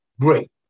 great